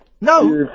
No